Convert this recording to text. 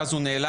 ואז הוא נאלץ